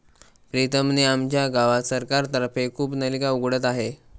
प्रीतम ने आमच्या गावात सरकार तर्फे कूपनलिका उघडत आहे